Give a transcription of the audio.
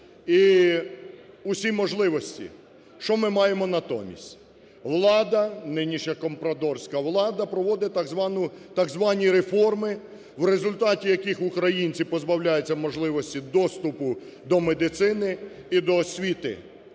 і усі можливості. Що ми маємо натомість? Влада, нинішня компрадорська влада, проводить так звані реформи, у результаті яких українці позбавляються доступу до медицини і до освіти.